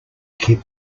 keep